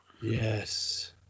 Yes